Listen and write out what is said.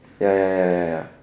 ya ya ya ya ya